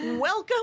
welcome